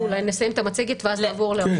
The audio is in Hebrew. אולי נסיים את המצגת ואז נעבור לזה.